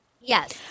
Yes